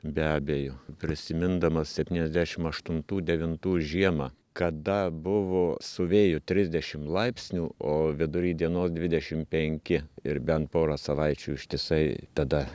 be abejo prisimindamas septyniasdešimt aštuntų devintų žiemą kada buvo su vėju trisdešimt laipsnių o vidury dienos dvidešimt penki ir bent porą savaičių ištisai tada